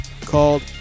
Called